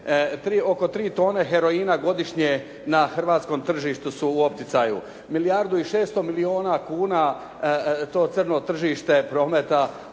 Oko 3 tone heroina godišnje na hrvatskom tržištu su u opticaju. Milijardu i 600 milijuna kuna to crno tržište prometa